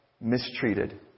mistreated